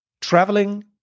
Traveling